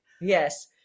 Yes